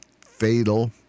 fatal